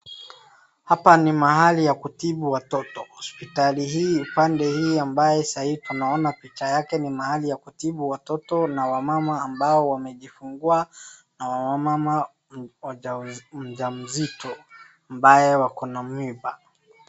Hapa ni mahali ya kutibu watoto. Hospitali hii upande hii ambaye sahii tunaona picha yake ni mahali ya kutibu watoto na wamama ambao wamejifungua na wamama mjamzito ambaye wako na mimba.